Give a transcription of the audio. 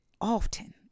often